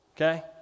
Okay